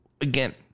again